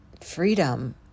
freedom